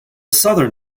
southern